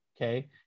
Okay